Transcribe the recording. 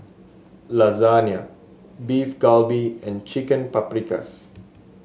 Lasagna Beef Galbi and Chicken Paprikas